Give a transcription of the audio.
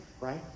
right